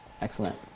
Excellent